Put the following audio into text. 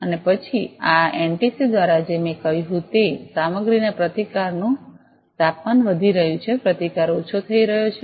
અને પછી આ એનટીસી દ્વારા જે મેં કહ્યું હતું કે તે સામગ્રીના પ્રતિકારનું તાપમાન વધી રહ્યું છે પ્રતિકાર ઓછો થઈ રહ્યો છે